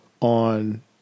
on